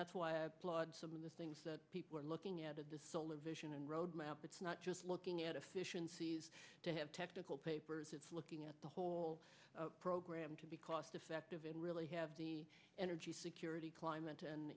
that's why i applaud some of the things that people are looking at a vision and roadmap it's not just looking at efficiencies to have technical papers it's looking at the whole program to be cost effective and really have the energy security climate and